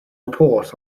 report